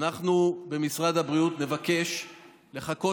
אז באמת, תקשיב